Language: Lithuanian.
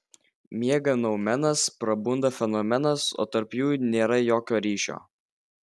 miega noumenas prabunda fenomenas o tarp jų nėra jokio ryšio